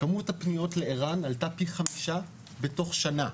כמות הפניות לער"ן עלתה פי חמישה בתוך שנה.